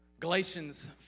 Galatians